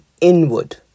inward